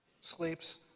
sleeps